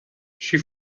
she